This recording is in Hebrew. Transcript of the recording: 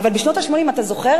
אבל בשנות ה-80, אתה זוכר?